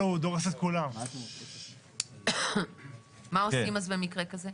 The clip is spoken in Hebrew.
מה עושים במקרה כזה?